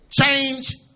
change